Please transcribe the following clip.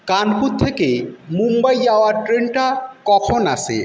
কানপুর থেকে মুম্বাই যাওয়ার ট্রেনটা কখন আসে